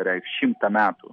reikš šimtą metų